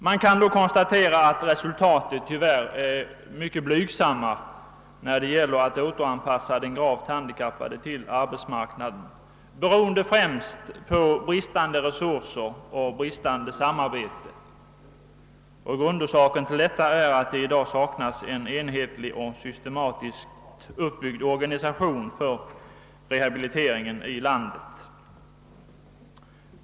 Man kan då konstatera att resultaten tyvärr är mycket blygsamma när det gäller att återanpassa den gravt handikappade till arbetsmarknaden, beroende främst på bristande resurser och bristande samarbete. Grundorsaken till detta är att det i dag saknas en enhetlig och systematiskt uppbyggd organisation för rehabiliteringen i landet.